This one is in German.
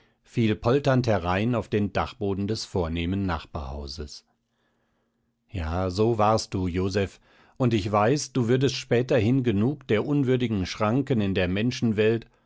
fiel polternd herein auf den dachboden des vornehmen nachbarhauses ja so warst du joseph und ich weiß du würdest späterhin genug der unwürdigen schranken in der menschenwelt